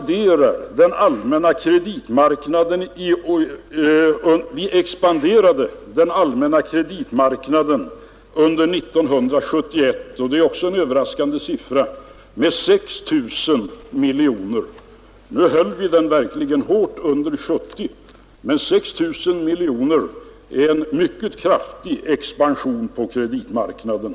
Den allmänna kreditmarknaden expanderade under 1971 — det är också en överraskande siffra — med 6 000 miljoner kronor. Nu höll vi den marknaden verkligt hårt under 1970, men 6 000 miljoner är ändå en mycket kraftig expansion på kreditmarknaden.